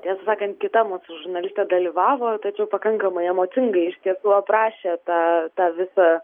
tiesą sakant kita mūsų žurnalistė dalyvavo tačiau pakankamai emocingai iš tiesų aprašė tą tą visą